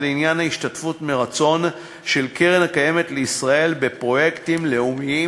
לעניין ההשתתפות מרצון של קרן קיימת לישראל בפרויקטים לאומיים,